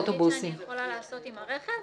הדבר היחיד שאני יכולה לעשות עם הרכב,